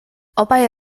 obaj